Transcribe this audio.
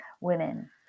Women